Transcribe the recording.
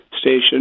Station